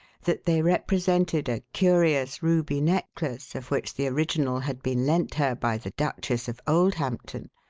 that they represented a curious ruby necklace, of which the original had been lent her by the duchess of oldhampton,